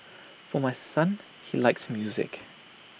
for my son he likes music